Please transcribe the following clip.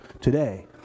today